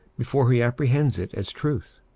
before he apprehends it as truth.